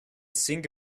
sink